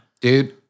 Dude